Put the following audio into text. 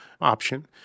option